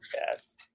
Yes